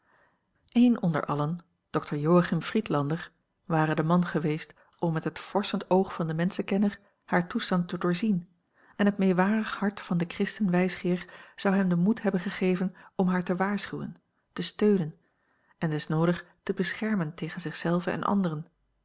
een onder allen dokter joachim friedlander ware de man geweest om met het vorschend oog van den menschenkenner haar toestand te doorzien en het meewarig hart van den chriften wijsgeer zou hem den moed hebben gegeven om haar te waarschuwen te steunen en des noodig te beschermen tegen zich zelve en anderen